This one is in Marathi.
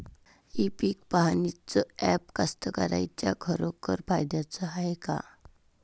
इ पीक पहानीचं ॲप कास्तकाराइच्या खरोखर फायद्याचं हाये का?